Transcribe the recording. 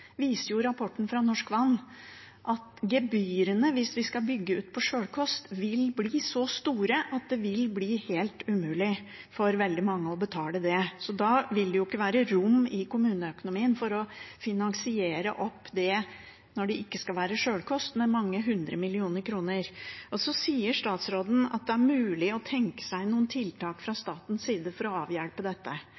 viser rapporten fra Norsk Vann at hvis vi skal bygge ut på sjølkost, vil gebyrene bli så store at det vil bli helt umulig for veldig mange å betale det. Da vil det ikke være rom i kommuneøkonomien for å finansiere det opp når det ikke skal være sjølkost, med mange hundre millioner kroner. Så sier statsråden at det er mulig å tenke seg noen tiltak fra